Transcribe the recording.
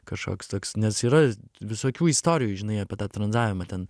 kažkoks toks nes yra visokių istorijų žinai apie tą tranzavimą ten